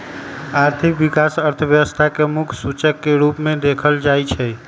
आर्थिक विकास अर्थव्यवस्था के मुख्य सूचक के रूप में देखल जाइ छइ